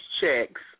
checks